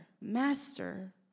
Master